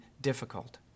difficult